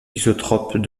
isotrope